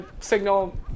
signal